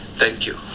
thank you